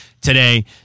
today